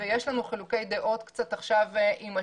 ויש לנו חילוקי דעות עם השוק,